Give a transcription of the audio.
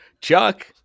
Chuck